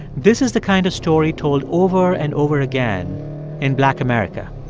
this is the kind of story told over and over again in black america.